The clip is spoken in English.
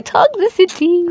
Toxicity